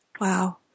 Wow